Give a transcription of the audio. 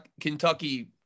Kentucky